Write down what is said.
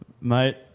mate